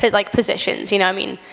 but like positions, you know. i mean,